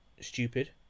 stupid